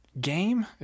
game